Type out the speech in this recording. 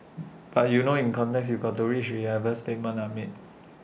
but you know in context you got to read whichever statements are made